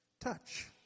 Touch